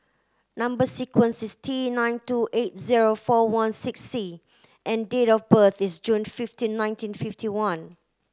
number sequence is T nine two eight zero four one six C and date of birth is June fifteen nineteen fifty one